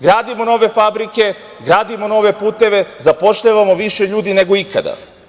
Gradimo nove fabrike, gradimo nove puteve, zapošljavamo više ljudi nego ikada.